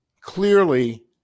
Clearly